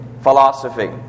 philosophy